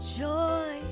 joy